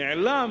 נעלם